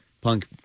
punk